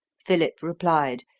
philip replied,